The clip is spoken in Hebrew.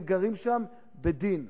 הם גרים שם בדין.